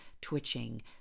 twitching